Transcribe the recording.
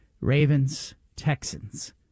Ravens-Texans